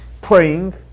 praying